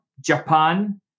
Japan